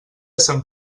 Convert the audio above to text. sant